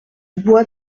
bois